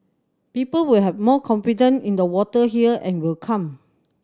people will have more confidence in the water here and will come